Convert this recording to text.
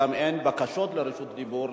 וגם אין בקשות לרשות דיבור,